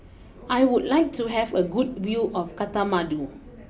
I would like to have a good view of Kathmandu